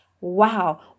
Wow